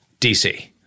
DC